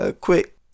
quick